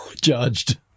judged